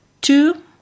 Two